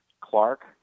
Clark